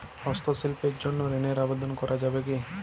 হস্তশিল্পের জন্য ঋনের আবেদন করা যাবে কি?